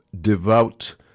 devout